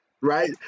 right